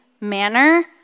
manner